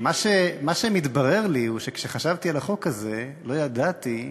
מה שמתברר לי הוא שכשחשבתי על החוק הזה לא ידעתי,